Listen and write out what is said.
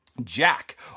Jack